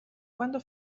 cuando